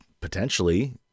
potentially